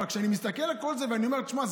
אבל כשאני מסתכל על כל זה ואני אומר: תשמע,